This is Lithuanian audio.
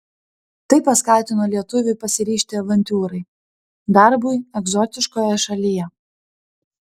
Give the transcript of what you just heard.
tai paskatino lietuvį pasiryžti avantiūrai darbui egzotiškoje šalyje